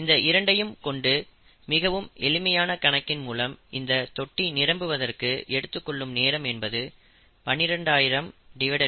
இந்த இரண்டு கொண்டு மிகவும் எளிமையான கணக்கின் மூலம் இந்த தொட்டி நிரம்புவதற்கு எடுத்துக்கொள்ளும் நேரம் என்பது 1200015